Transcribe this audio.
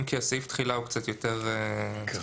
אם כי סעיף התחילה הוא קצת יותר מאוחר.